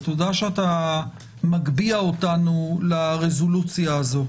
ותודה שאתה מגביה אותנו לרזולוציה הזו.